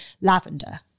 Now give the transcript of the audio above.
lavender